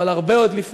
אבל עוד הרבה לפני,